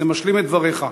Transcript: זה משלים את דבריך.